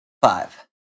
Five